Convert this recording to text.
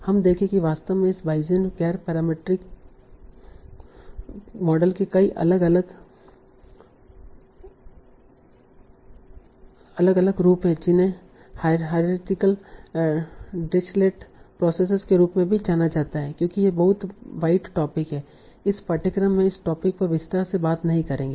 हम देखेंगे कि वास्तव में इस बायेसियन गैर पैरामीट्रिक मॉडल के कई अलग अलग रूप हैं जिन्हें हिएरार्चिकल ड्रिचलेट प्रोसेसेस के रूप में भी जाना जाता है क्योंकि यह एक बहुत वाइड टोपिक है इस पाठ्यक्रम में इस टोपिक पर विस्तार से बात नहीं करेंगे